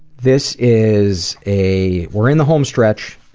this is a we're in the home stretch,